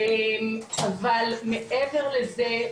אבל מעבר לזה,